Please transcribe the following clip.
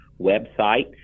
website